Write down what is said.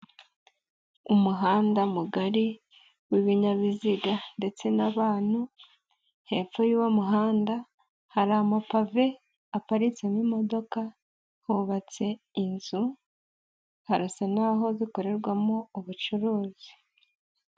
Umuhanda mugari wibinyabiziga ndetse n'abantu, hepfo y'uwo muhanda hari amapave aparitsemo imodoka, hubatse inzu, harasa n'aho zikorerwamo ubucuruzi.